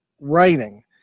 writing